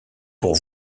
pour